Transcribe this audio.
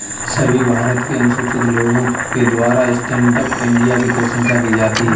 सभी भारत के अनुसूचित लोगों के द्वारा स्टैण्ड अप इंडिया की प्रशंसा की जाती है